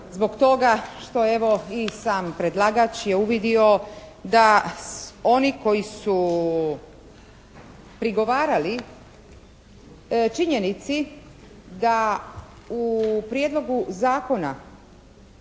zbog toga što evo i sam predlagač je uvidio da oni koji su prigovarali činjenici da u Prijedlogu zakona